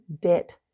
debt